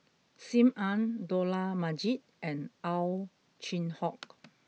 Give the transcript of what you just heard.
Sim Ann Dollah Majid and Ow Chin Hock